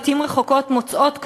ולעתים רחוקות מוצאות,